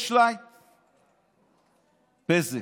סרצ'לייט-בזק.